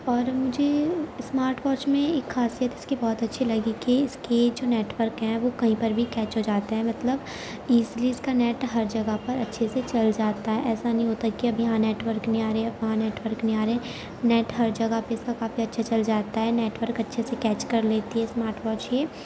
اور مجھے smart watch میں ایک خاصیت اس کی بہت اچھی لگی کہ اس کے جو نیٹورک ہے وہ کہیں پر بھی کیچ ہو جاتا ہے مطلب ایزلی اس کا نیٹ ہر جگہ پر اچھے سے چل جاتا ہے ایسا نہیں ہوتا کہ اب یہاں نیٹورک نہیں آ ریا وہاں نیٹورک نہیں آ رہے ہیں نیٹ ہر جگہ پہ اس کا کافی اچھا چل جاتا ہے نیٹورک اچھے سے کیچ کر لیتی ہے اسمارٹ واچ یہ